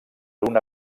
una